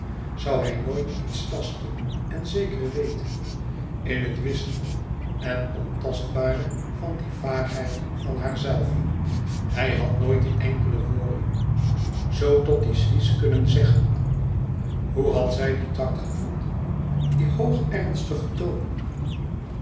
zoû hij nooit iets tasten en zeker weten in het wisselen en ontastbare van die vaagheid van haarzelve hij had nooit die enkele woorden zoo tot dien suisse kunnen zeggen hoe had zij dien tact gevonden dien hoog ernstigen toon